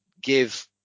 give